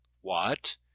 What